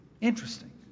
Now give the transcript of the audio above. Interesting